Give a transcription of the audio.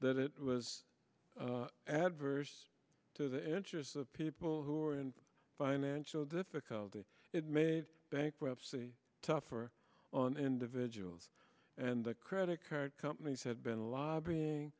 that it was adverse to the interests of people who are in financial difficulty it made bankruptcy tougher on individuals and the credit card companies had been lobbying